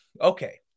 Okay